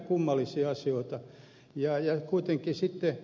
eivät ne ole mitään kummallisia asioita